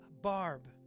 Barb